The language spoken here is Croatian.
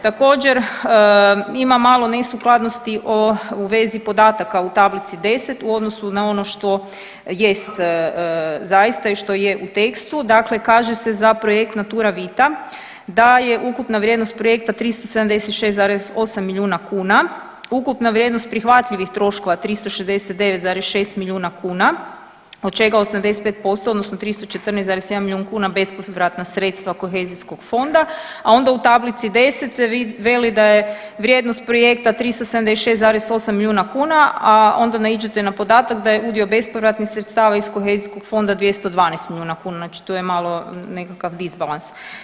Također ima malo nesukladnosti u vezi podataka u tablici 10 u odnosu na ono što jest zaista i što je u tekstu, dakle kaže se za projekt Naturavita da je ukupna vrijednost projekta 376,8 milijuna kuna, ukupna vrijednost prihvatljivih troškova 369,6 milijuna kuna, od čega 85% odnosno 314,7 milijuna kuna bespovratna sredstva kohezijskog fonda, a onda u tablici 10 se veli da je vrijednost projekta 376,8 milijuna kuna, a onda naiđete na podatak da je udio bespovratnih sredstava iz kohezijskog fonda 212 milijuna kuna, znači tu je malo nekakav disbalans.